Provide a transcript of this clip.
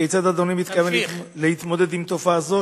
כיצד אדוני מתכוון להתמודד עם תופעה זו,